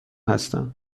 هستم